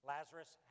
Lazarus